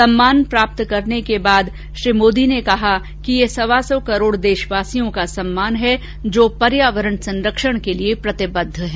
सम्मान प्राप्त करने के बाद श्री मोदी ने कहा कि यह सवा सौ करोड़ देशवासियों का सम्मान है जो पर्यावरण संरक्षण के लिए प्रतिबद्ध हैं